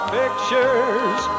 pictures